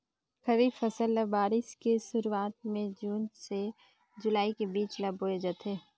खरीफ फसल ल बारिश के शुरुआत में जून से जुलाई के बीच ल बोए जाथे